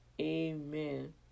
Amen